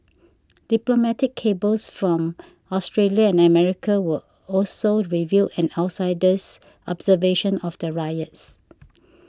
diplomatic cables from Australia and America were also revealed an outsider's observation of the riots